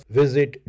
visit